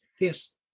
Yes